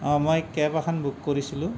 অঁ মই কেব এখন বুক কৰিছিলোঁ